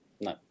No